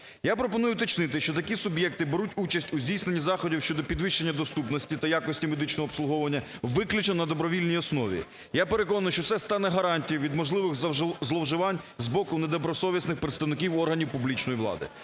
Я пропоную уточнити, що такі суб'єкти беруть участь у здійсненні заходів щодо підвищення доступності та якості медичного обслуговування виключно на добровільній основі. Я переконаний, що це стане гарантією від можливих зловживань з боку недобросовісних представників органів публічної влади.